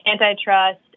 antitrust